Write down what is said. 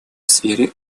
сфере